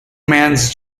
mans